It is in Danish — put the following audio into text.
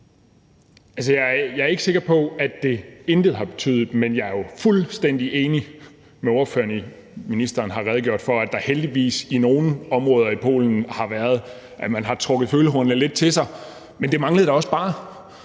Jeg er ikke sikker på, at det intet har betydet. Men jeg er jo fuldstændig enig med ordføreren i – og ministeren har redegjort for det – at man heldigvis i nogle områder i Polen har trukket følehornene lidt til sig. Men det manglede da også bare.